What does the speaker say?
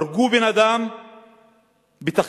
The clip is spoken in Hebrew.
הרגו בן-אדם בתחקיר.